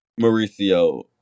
Mauricio